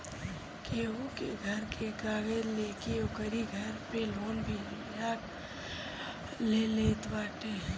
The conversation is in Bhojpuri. केहू के घर के कागज लेके ओकरी घर पे लोन भी लोग ले लेत बाटे